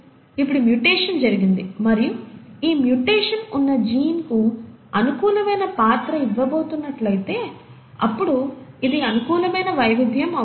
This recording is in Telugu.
ఇప్పుడు మ్యుటేషన్ జరిగింది మరియు ఈ మ్యుటేషన్ ఉన్న జీన్ కు అనుకూలమైన పాత్ర ఇవ్వబోతున్నట్లయితే అప్పుడు ఇది అనుకూలమైన వైవిధ్యం అవుతుంది